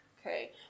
Okay